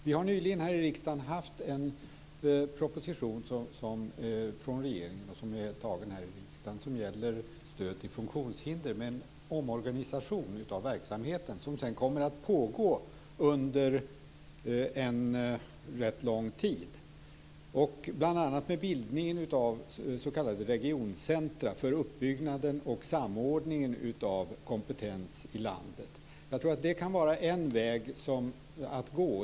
Vi har nyligen här i riksdagen haft en proposition från regeringen som har antagits här i riksdagen som gäller stöd till funktionshinder och en omorganisation av verksamheten som sedan kommer att pågå under en rätt lång tid, bl.a. med bildningen av s.k. regioncentrum för uppbyggnaden och samordningen av kompetens i landet. Jag tror att det kan vara en väg att gå.